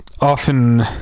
often